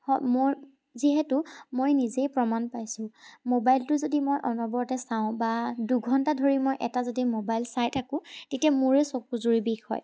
হ মোৰ যিহেতু মই নিজেই প্ৰমাণ পাইছোঁ মোবাইলটো যদি মই অনবৰতে চাওঁ বা দুঘণ্টা ধৰি মই এটা যদি মোবাইল চাই থাকোঁ তেতিয়া মোৰে চকুযোৰী বিষ হয়